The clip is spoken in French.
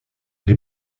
les